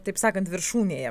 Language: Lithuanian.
taip sakant viršūnėje